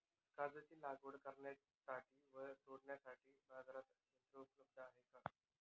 काजूची लागवड करण्यासाठी व तोडण्यासाठी बाजारात यंत्र उपलब्ध आहे का?